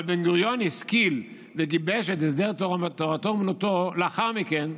אבל בן-גוריון השכיל וגיבש את הסדר תורתו אומנותו לאחר מכן,